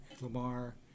Lamar